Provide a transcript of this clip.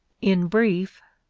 in brief,